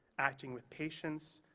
acting with patience,